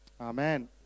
Amen